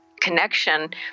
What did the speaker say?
connection